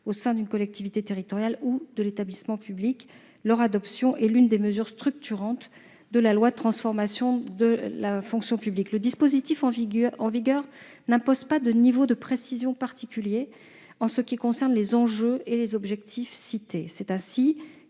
au sein d'une collectivité territoriale ou d'un l'établissement public. Leur adoption est l'une des mesures structurantes de la loi de transformation de la fonction publique. Le dispositif en vigueur n'impose pas un niveau de précision particulier en ce qui concerne les enjeux et les objectifs à déterminer. Ainsi,